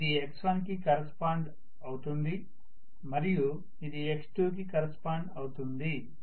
ఇది x1 కి correspond అవుతుంది మరియు ఇది x2 కి కరెస్పాండ్ అవుతుంది